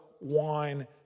wine